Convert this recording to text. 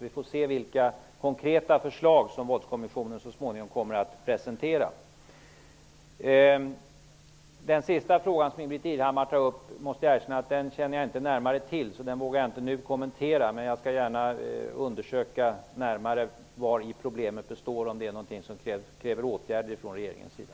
Vi får se vilka konkreta förslag som Våldskommissionen så småningom kommer att presentera. Ingbritt Irhammars avslutande fråga vågar jag nu inte kommentera, eftersom jag inte känner till förhållandena. Men jag skall gärna undersöka närmare vari problemet består, om det är någonting som kräver åtgärder från regeringens sida.